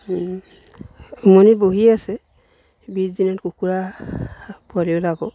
উমনিত বহি আছে বিছ দিনত কুকুৰা পোৱালি ওলাব